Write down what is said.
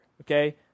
Okay